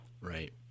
Right